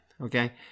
okay